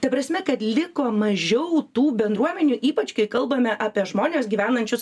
ta prasme kad liko mažiau tų bendruomenių ypač kai kalbame apie žmones gyvenančius